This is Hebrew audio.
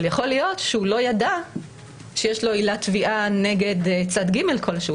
אבל יכול להיות שהוא לא ידע שיש לו עילת תביעה נגד צד ג' כלשהו,